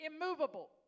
immovable